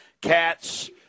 cats